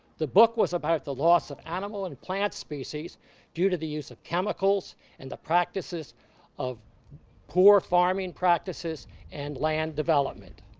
the book was about the loss of animal and plant species due to the use of chemicals and the practices of poor farming practices and land development.